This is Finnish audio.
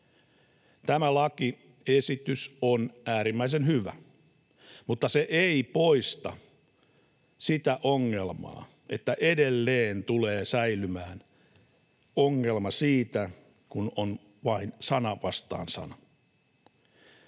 Tämä lakiesitys on äärimmäisen hyvä, mutta se ei poista sitä ongelmaa, että edelleen tulee säilymään ongelma siitä, kun on vain sana vastaan sana.